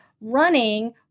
running